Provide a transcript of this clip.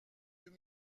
deux